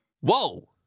Whoa